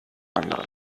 anderen